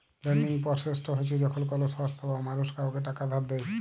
lending process হছে যখল কল সংস্থা বা মালুস কাউকে টাকা ধার দেঁই